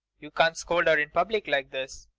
you can't scold her in public like this.